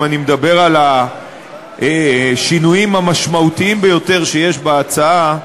אם אני מדבר על השינויים המשמעותיים ביותר שיש בהצעה,